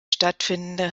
stattfindende